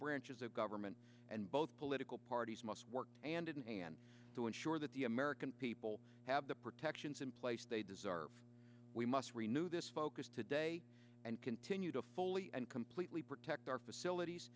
branches of government and both political parties must work and in hand to ensure that the american people have the protections in place they deserve we must renew this focus today and continue to fully and completely protect our facilities